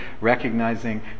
recognizing